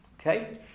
Okay